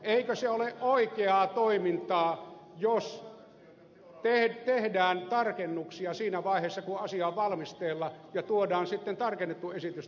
eikö se ole oikeaa toimintaa jos tehdään tarkennuksia siinä vaiheessa kun asia on valmisteilla ja tuodaan sitten tarkennettu esitys tänne keskusteltavaksi